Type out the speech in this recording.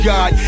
God